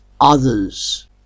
others